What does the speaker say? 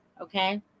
okay